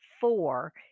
four